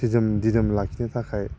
थिजोम दिदोम लाखिनो थाखाय